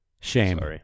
Shame